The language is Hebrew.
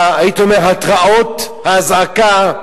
הייתי אומר, התרעות, האזעקה,